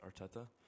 Arteta